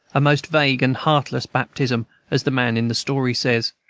a most vague and heartless baptism as the man in the story says.